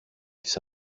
τις